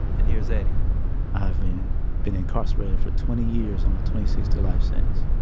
and here's eddie i've been incarcerated for twenty years on a twenty six to life sentence.